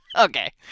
Okay